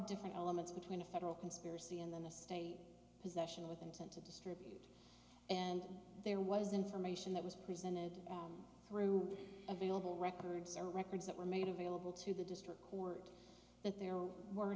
different elements between a federal conspiracy in the state possession with intent to distribute and there was information that was presented through available records or records that were made available to the district court that there were